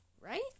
Right